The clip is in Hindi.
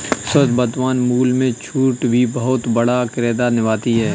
शुद्ध वर्तमान मूल्य में छूट भी बहुत बड़ा किरदार निभाती है